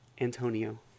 Antonio